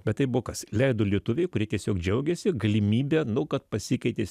bet tai buvo kas leido lietuviai kurie tiesiog džiaugėsi galimybe nu kad pasikeitė